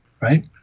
right